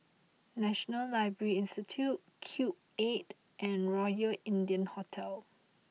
National Library Institute Cube Eight and Royal India Hotel